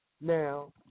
Now